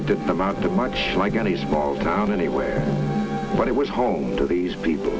it didn't amount to much like any small town anywhere but it was home to these people